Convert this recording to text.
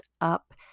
up